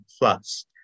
plus